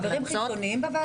זה חברים חיצוניים בוועדה הזו?